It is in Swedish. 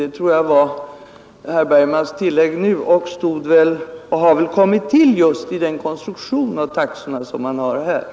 Jag tror att det är ett tillägg av herr Bergman, och det har väl kommit till just vid den konstruktion av taxorna man nu gjort.